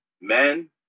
men